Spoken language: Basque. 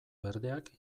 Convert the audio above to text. berdeak